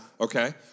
Okay